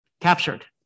captured